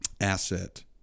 asset